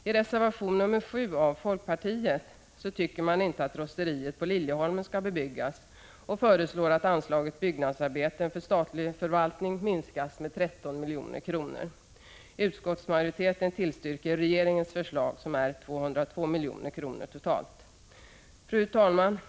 I reservation nr 7 av folkpartiet tycker man inte att Rosteriet på Liljeholmen skall bebyggas och föreslår att anslaget Byggnadsarbeten för statlig förvaltning minskas med 13 milj.kr. Fru talman!